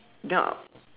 then a~